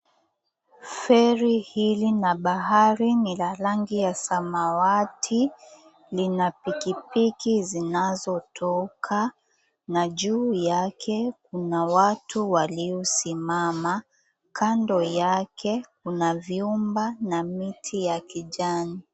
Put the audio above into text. Feri hili na bahari ni la rangi ya samawati, lina pikipiki zinazotoka na juu yake kuna watu waliosimama. Kando yake kuna vyumba na miti ya kijani